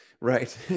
Right